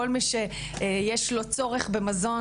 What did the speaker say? כל מי שיש לו צורך במזון,